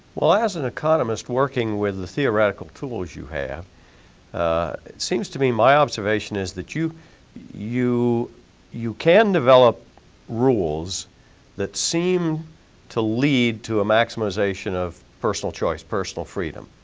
well, as an economist working with the theoretical tools you have it seems to me my observation is that you you can develop rules that seem to lead to a maximization of personal choice, personal freedom.